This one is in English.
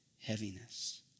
heaviness